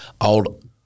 old